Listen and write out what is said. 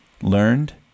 learned